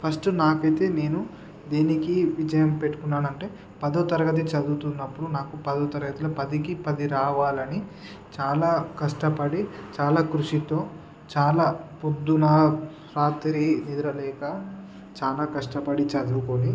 first నాకైతే నేను దేనికి విజయం పెట్టుకున్నానంటే పదవ తరగతి చదువుతున్నప్పుడు నాకు పదవ తరగతిలో పదికి పది రావాలని చాలా కష్టపడి చాలా కృషితో చాలా పొద్దున్న రాత్రి నిద్రలేక చాలా కష్టపడి చదువుకొని